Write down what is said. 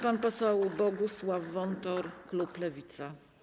Pan poseł Bogusław Wontor, klub Lewica.